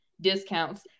discounts